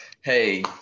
Hey